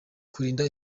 kurinda